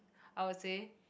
I would say